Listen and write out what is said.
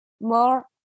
more